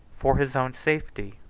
for his own safety,